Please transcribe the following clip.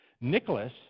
Nicholas